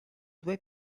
due